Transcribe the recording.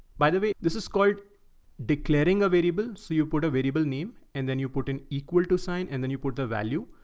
by the way, this is called declaring a variable, so you put a variable name and then you put an equal to sign and then you put the value.